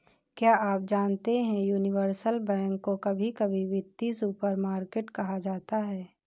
क्या आप जानते है यूनिवर्सल बैंक को कभी कभी वित्तीय सुपरमार्केट कहा जाता है?